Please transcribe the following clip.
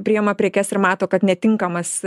priima prekes ir mato kad netinkamas